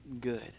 good